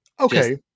Okay